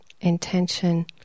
intention